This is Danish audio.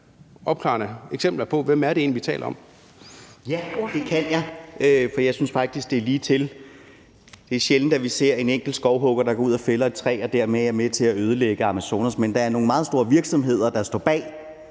Rasmus Nordqvist (SF): Ja, det kan jeg, for jeg synes faktisk, det er ligetil. Det er sjældent, at vi ser en enkelt skovhugger, der går ud og fælder et træ, og som dermed er med til at ødelægge Amazonas; men der er nogle meget store virksomheder, der står bag,